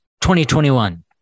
2021